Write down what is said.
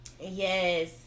Yes